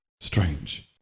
Strange